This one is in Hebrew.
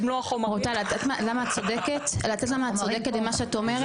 רוטל, את יודעת למה את צודקת במה שאת אומרת?